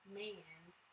man-